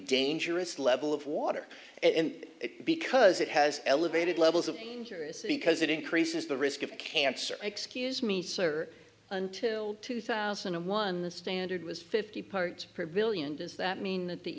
dangerous level of water and because it has elevated levels of change or is because it increases the risk of cancer excuse me sir until two thousand and one the standard was fifty parts per billion does that mean that the